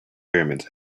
pyramids